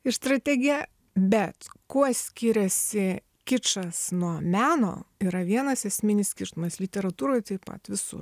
ir strategija bet kuo skiriasi kičas nuo meno yra vienas esminis skirtumas literatūroj taip pat visur